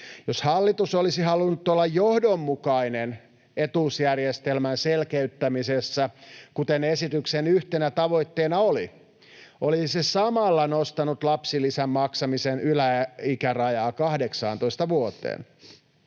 Jos hallitus olisi halunnut olla johdonmukainen etuusjärjestelmän selkeyttämisessä, kuten esityksen yhtenä tavoitteena oli, olisi se samalla nostanut lapsilisän maksamisen yläikärajaa 18 vuoteen.